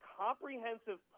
comprehensive